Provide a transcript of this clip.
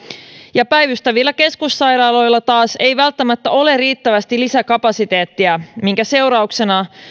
ja päivystävillä keskussairaaloilla taas ei välttämättä ole riittävästi lisäkapasiteettia minkä seurauksena